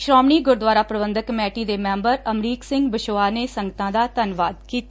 Shiromani Gurdwara Parbandhak committee ਦੇ member Amrik Singh Vachhoa ਨੇ ਸੰਗਤਾਂ ਦਾ ਧੰਨਵਾਦ ਕੀਤਾ